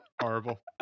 horrible